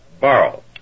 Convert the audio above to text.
borrow